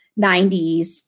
90s